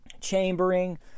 chambering